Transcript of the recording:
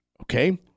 Okay